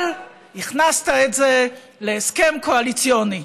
אבל הכנסת את זה להסכם קואליציוני,